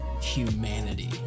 humanity